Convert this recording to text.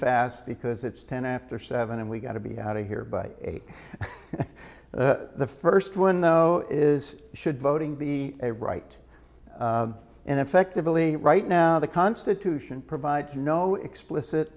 fast because it's ten after seven and we got to be out of here by eight the first one though is should voting be a right and effectively right now the constitution provides no explicit